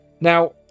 Now